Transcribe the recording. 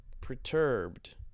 perturbed